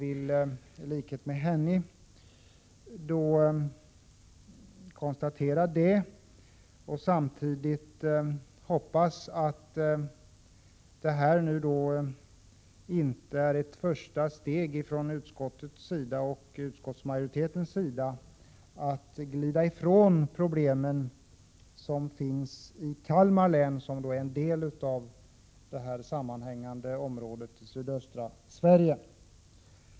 I likhet med henne konstaterar jag bara detta och hoppas samtidigt att det inte innebär ett första steg i ett försök från utskottets och utskottsmajoritetens sida att glida ifrån de problem som finns i Kalmar län, som ju är en del av detta sammanhängande område i sydöstra Sverige.